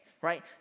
right